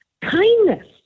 kindness